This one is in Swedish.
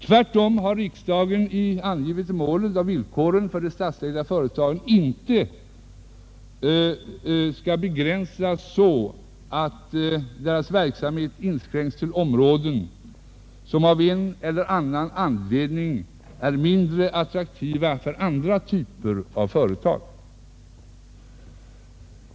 Tvärtom har riksdagen angivit att målen och villkoren för de statsägda företagen inte får vara sådan att deras verksamhet inskränks till områden som av en eller annan anledning är mindre attraktiva för andra typer av företag.